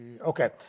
okay